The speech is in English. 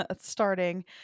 starting